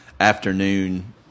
afternoon